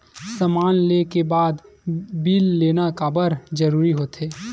समान ले के बाद बिल लेना काबर जरूरी होथे?